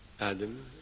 Adam